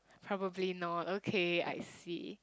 probably not okay I see